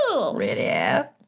Ready